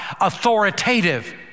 Authoritative